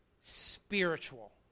spiritual